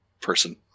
person